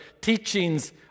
teachings